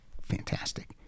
fantastic